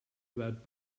about